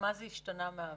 במה זה השתנה מהעבר.